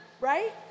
right